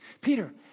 Peter